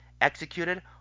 executed